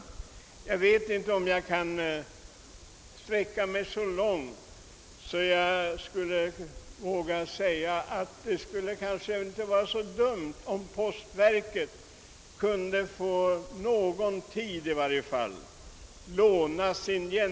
Det skulle kanske inte vara så dumt om postverkets generaldirektör i varje fall under någon tid själv skulle handlägga postverkets organisationsuppgifter beträffande utbärningen.